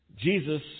Jesus